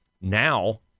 Now